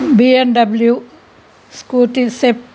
BMW స్కూటీషెప్